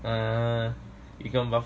!haiya! 一个人 buff